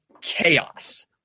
chaos